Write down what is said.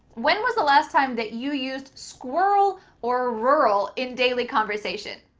when was the last time that you used squirrel or rural in daily conversation?